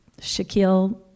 Shaquille